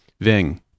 Ving